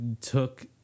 took